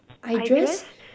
I dress